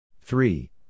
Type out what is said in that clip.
three